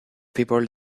people